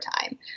time